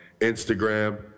Instagram